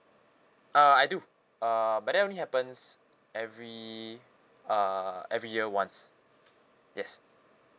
uh I do uh but then only happens every uh every year once yes